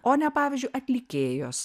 o ne pavyzdžiui atlikėjos